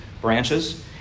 branches